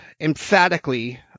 emphatically